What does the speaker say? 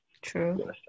True